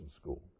school